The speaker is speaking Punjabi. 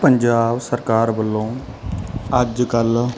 ਪੰਜਾਬ ਸਰਕਾਰ ਵੱਲੋਂ ਅੱਜ ਕੱਲ੍ਹ